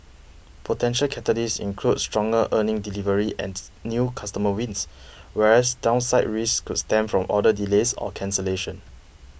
potential catalysts include stronger earnings delivery and new customer wins whereas downside risks could stem from order delays or cancellations